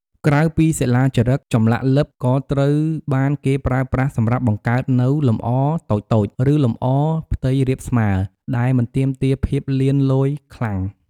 ក្រៅពីសិលាចារឹក ចម្លាក់លិបក៏ត្រូវបានគេប្រើប្រាស់សម្រាប់បង្កើតនូវ លម្អតូចៗ ឬលម្អផ្ទៃរាបស្មើ ដែលមិនទាមទារភាពលៀនលយខ្លាំង។